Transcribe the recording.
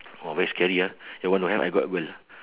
!wah! very scary ah your one don't have I got girl